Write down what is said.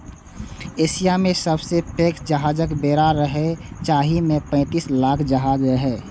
Asia मे सबसं पैघ जहाजक बेड़ा रहै, जाहि मे पैंतीस लाख जहाज रहै